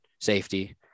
safety